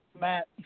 Matt